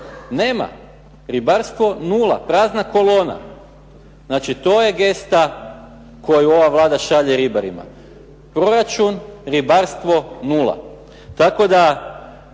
Nema, ribarstvo nula, prazna kolona. Znači to je gesta koju ova Vlada šalje ribarima. Proračun ribarstvo nula. Tako da